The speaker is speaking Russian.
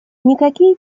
никакие